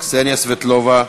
קסניה סבטלובה.